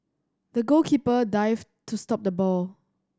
the goalkeeper dived to stop the ball